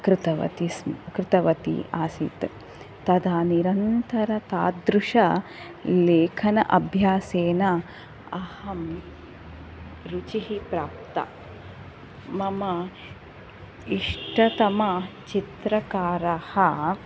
कृतवती स्म कृतवती आसीत् तदा निरन्तरतादृशलेखन अभ्यासेन अहं रुचिः प्राप्ता मम इष्टतम चित्रकारः